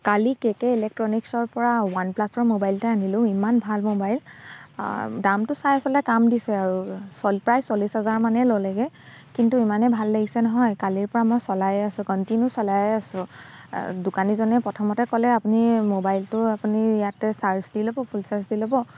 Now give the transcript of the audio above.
কালি K K ইলেক্ট্ৰণিক্সৰ পৰা ৱান প্লাছৰ মোবাইল এটা আনিলোঁ ইমান ভাল মোবাইল দামটো চাই আচলতে কাম দিছে আৰু চ'ল্ড প্ৰায় চল্লিছ হাজাৰ মানে ল'লেগে কিন্তু ইমানেই ভাল লাগিছে নহয় কালিৰ পৰা মই চলায়ে আছোঁ কণ্টিনিউ চলায়ে আছোঁ দোকানীজনে প্ৰথমতে ক'লে আপুনি মোবাইলটো আপুনি ইয়াতে চাৰ্জ দি ল'ব ফুল চাৰ্জ দি ল'ব